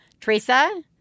Teresa